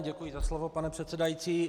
Děkuji za slovo, pane předsedající.